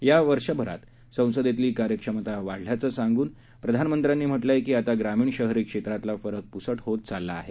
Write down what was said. गेल्या वर्षभरात संसदेतली कार्यक्षमता वाढल्याचं सांगून प्रधानमंत्र्यांनी म्हटलंय की आता ग्रामीण शहरी क्षेत्रातला फरक पुसट होत चालला आहे